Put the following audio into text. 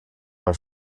man